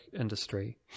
industry